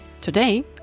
today